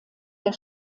der